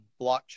blockchain